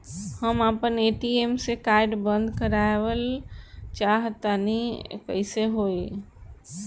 हम आपन ATM card बंद करावल चाह तनि कइसे होई?